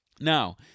Now